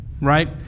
right